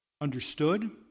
understood